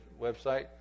website